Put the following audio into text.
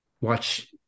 watch